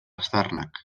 aztarnak